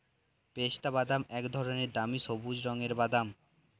পেস্তাবাদাম এক ধরনের দামি সবুজ রঙের বাদাম